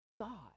God